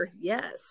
Yes